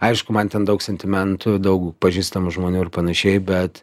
aišku man ten daug sentimentų daug pažįstamų žmonių ir panašiai bet